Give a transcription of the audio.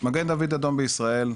מגן דוד אדום בישראל,